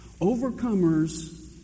Overcomers